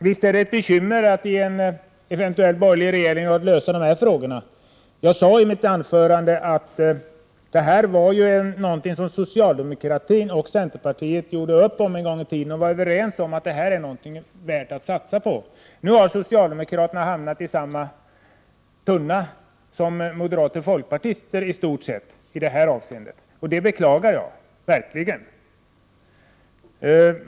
Herr talman! Visst är det ett bekymmer för en eventuell borgerlig regering att lösa dessa frågor. Jag sade i mitt inledningsanförande att detta var någonting som socialdemokraterna och centerpartiet gjorde upp om en gång i tiden och var överens om att det här var värt att satsa på. Nu har socialdemokraterna hamnat i samma tunna som moderaterna och folkpartisterna. Det beklagar jag verkligen.